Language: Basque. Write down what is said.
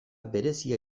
berezia